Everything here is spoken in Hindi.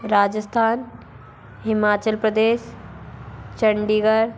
राजस्थान हिमाचल प्रदेश चंडीगढ़